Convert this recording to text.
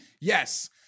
Yes